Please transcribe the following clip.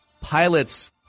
pilots